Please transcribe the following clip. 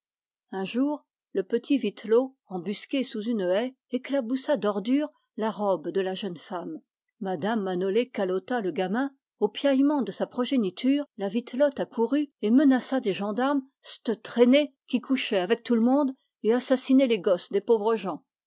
un jour le petit vittelot embusqué sous une haie éclaboussa d'ordures la robe de la jeune femme mme manolé secoua le gamin aux piaillements de sa progéniture la vittelotte accourut et menaça des gendarmes c'te traînée qui couchait avec tout le monde et assassinait les gosses des pauvres gens